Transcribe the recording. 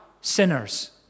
sinners